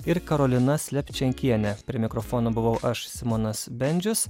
ir karolina slepčenkienė prie mikrofono buvau aš simonas bendžius